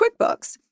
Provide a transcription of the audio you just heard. QuickBooks